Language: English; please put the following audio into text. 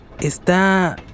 Está